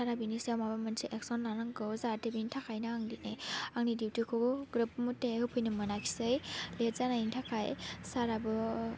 सारआ बेनि सायाव माबा मोनसे एकसन लानांगौ जाहाथे बिनि थाखायनो आं दिनै आंनि दिउथिखौबो ग्रोब मथे होफैनो मोनाखिसै लेट जानायनि थाखाय सारआबो